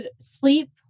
sleep